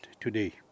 today